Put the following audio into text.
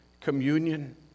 communion